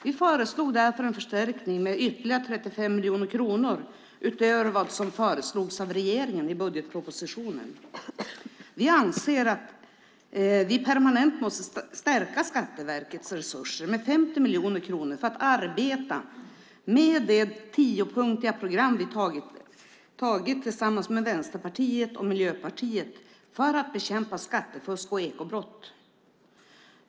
Vi föreslog därför en förstärkning med ytterligare 35 miljoner kronor, utöver vad som föreslogs av regeringen i budgetpropositionen. Vi anser att vi permanent måste stärka Skatteverkets resurser med 50 miljoner kronor för att arbeta med det tiopunktsprogram som vi tagit fram tillsammans med Vänsterpartiet och Miljöpartiet för att bekämpa skattefusk och ekobrott.